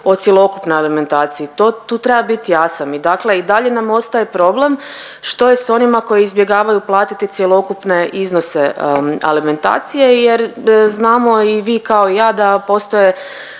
o cjelokupnoj alimentaciji. Tu treba biti jasan i dakle i dalje nam ostaje problem što je sa onima koji izbjegavaju platiti cjelokupne iznose alimentacije, jer znamo i vi kao i ja da postoje